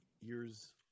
years